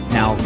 Now